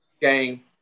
game